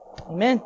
amen